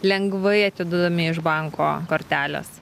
lengvai atiduodami iš banko kortelės